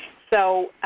so,